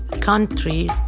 countries